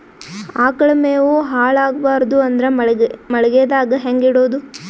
ಆಕಳ ಮೆವೊ ಹಾಳ ಆಗಬಾರದು ಅಂದ್ರ ಮಳಿಗೆದಾಗ ಹೆಂಗ ಇಡೊದೊ?